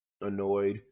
annoyed